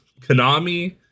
konami